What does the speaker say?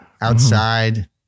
outside